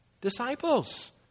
Disciples